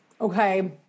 okay